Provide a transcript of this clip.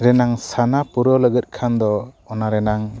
ᱨᱮᱱᱟᱜ ᱥᱟᱱᱟ ᱯᱩᱨᱟᱹᱣ ᱞᱟᱹᱜᱤᱫ ᱠᱷᱟᱱ ᱫᱚ ᱚᱱᱟ ᱨᱮᱱᱟᱜ